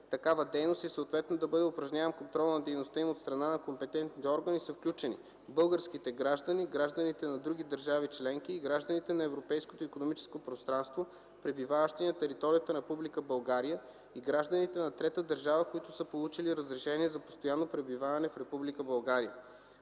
такава дейност и съответно да бъде упражняван контрол на дейността им от страна на компетентните органи, са включени българските граждани, гражданите на други държави членки и гражданите на Европейското икономическо пространство, пребиваващи на територията на Република България, и гражданите на трета държава, които са получили разрешение за постоянно пребиваване в Република България.